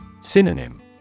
Synonym